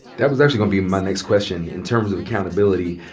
that was actually gonna be my next question, in terms of accountability.